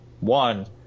one